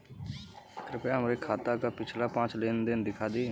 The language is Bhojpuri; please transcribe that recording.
कृपया हमरे खाता क पिछला पांच लेन देन दिखा दी